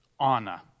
Anna